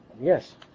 yes